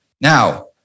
Now